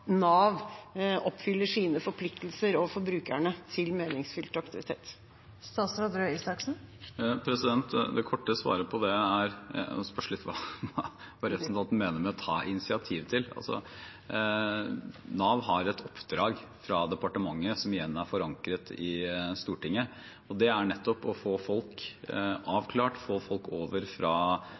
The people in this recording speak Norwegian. meningsfylt aktivitet? Det spørs litt hva som menes med å ta initiativ. Nav har et oppdrag fra departementet, som igjen er forankret i Stortinget, og det er nettopp å få folk avklart, få folk over fra